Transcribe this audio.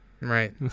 Right